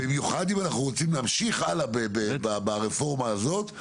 במיוחד אם אנחנו רוצים להמשיך הלאה ברפורמה הזאת,